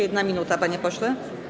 1 minuta, panie pośle.